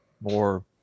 more